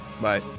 bye